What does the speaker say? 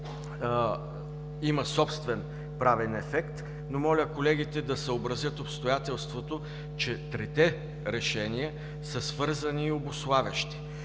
има собствен правен ефект, но моля колегите да съобразят обстоятелството, че трите решения са свързани и обуславящи.